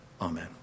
Amen